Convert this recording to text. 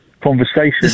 conversation